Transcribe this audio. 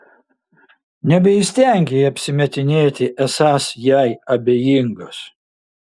nebeįstengei apsimetinėti esąs jai abejingas